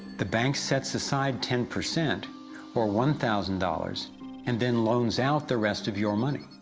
the bank sets aside ten percent or one thousand dollars and then loans out the rest of your money.